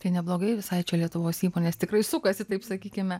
tai neblogai visai čia lietuvos įmonės tikrai sukasi taip sakykime